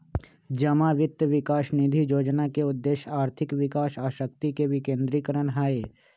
जमा वित्त विकास निधि जोजना के उद्देश्य आर्थिक विकास आ शक्ति के विकेंद्रीकरण हइ